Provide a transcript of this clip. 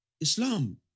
Islam